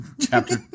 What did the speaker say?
chapter